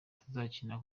tuzakina